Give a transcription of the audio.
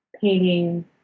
painting